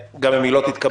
וגם אם היא לא תתקבל,